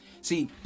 See